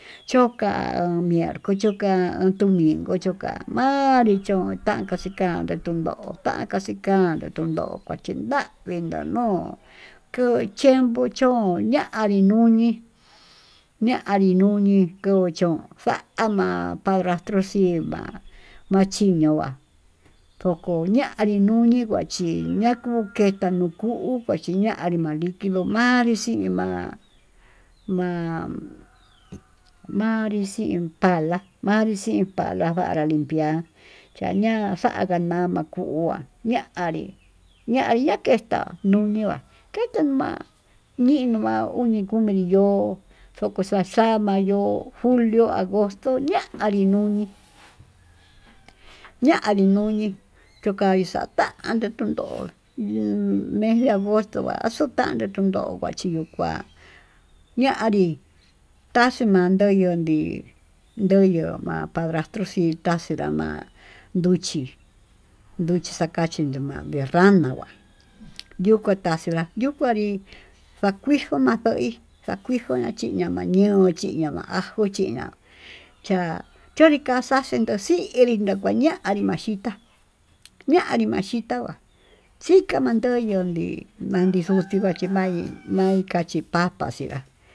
Choka mierco choka domingo choka manrí chonta'a kuachikande tundó, takaxhi kande yundo kuachí navindá nuu kuu chiempo cho'ó ñanrí nuñi, ñanrí nuñí kuu chón xa'a ma'á padrasto xhima'a machiño nguá ndoko ñanrí nuñí kuachiñá kuu keta nuu kuu kuachiñanrí malikindó, manrí xi'í ma'á manrín xin pala manrí xin pala para limpiar xañaga nama kuá ñanri nakenxta nuu ñiua kentenma niniña kumii, mikunrí yo'ó koko xaxam'a yo'ó julio, agosto, ñanrí nuñii ñanrí nuñii choka nixan tandó tundó ho més de agosto ha xatandó tundo'o kuachino kuá ñanrí taxii mandó ñonrí. nuño'o ma'a padrastro xii taxinrá ma'a nduchi nduchi xakaxí ndomami rana nguá yuu kué kaxtila yuu kuanrí xakuijo manjoí ndakuijo nachina mañii ñoo chiñama ajó chiña ka'a chonríka xaxhí inka xinrí nakuaña'a, nrí maxhitá ñanrí machitava xhikaman doyo'ó nii nadii yuxii makimayii mainka chí papa xhiá.